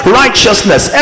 righteousness